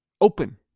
Open